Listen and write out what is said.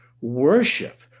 Worship